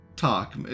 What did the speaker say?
talk